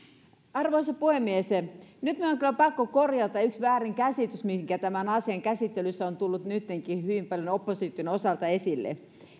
arvoisa puhemies nyt minun on kyllä pakko korjata yksi väärinkäsitys mikä tämän asian käsittelyssä on tullut nyttenkin hyvin paljon opposition osalta esille